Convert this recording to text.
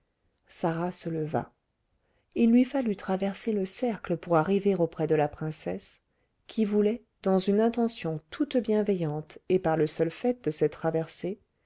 sarah se leva il lui fallut traverser le cercle pour arriver auprès de la princesse qui voulait dans une intention toute bienveillante et par le seul fait de cette traversée